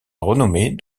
renommée